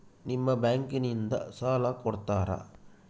ನಿಮ್ಮ ಬ್ಯಾಂಕಿನಿಂದ ಸಾಲ ಕೊಡ್ತೇರಾ?